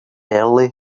early